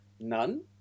none